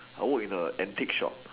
I work in a antique shop